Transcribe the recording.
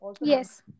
Yes